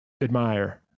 admire